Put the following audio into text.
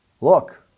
look